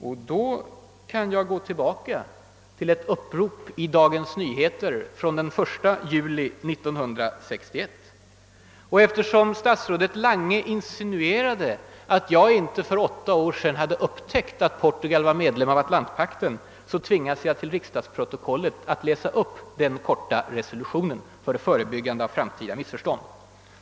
Jag vill därför gå tillbaka till ett upprop i Dagens Nyheter från den 1 juli 1961. Eftersom statsrådet Lange insinuerade att jag för åtta år sedan inte hade upptäckt att Portugal var en diktatur med kolonialkrig, tvingas jag att till riksdagsprotokollet läsa in denna korta resolution för förebyggande av framtida missförstånd.